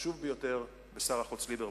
החשובה ביותר בשר החוץ ליברמן.